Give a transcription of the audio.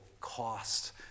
cost